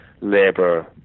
Labour